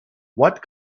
what